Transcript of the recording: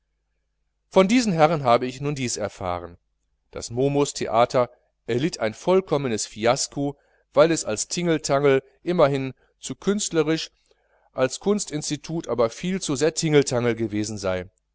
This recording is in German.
von diesen herren habe ich nun dies erfahren das momustheater erlitt ein vollkommenes fiasko weil es als tingeltangel immerhin zu künstlerisch als kunstinstitut aber viel zu sehr tingeltangel gewesen sei